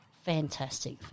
Fantastic